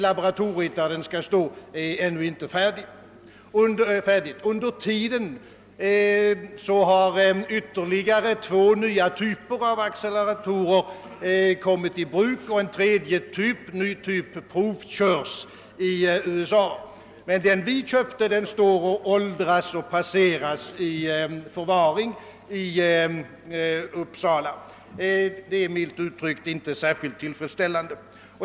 Laboratoriet där den skall stå är inte färdigt. Under den gångna tiden har två nya typer av acceleratorer kommit i bruk, och ytterligare en ny typ provkörs i USA. Men den som vi köpte står och åldras i magasinet i Uppsala. Det är, milt uttryckt, inte särskilt tillfredsställande.